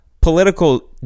political